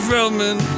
Feldman